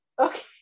Okay